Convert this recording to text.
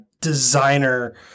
designer